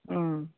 হুম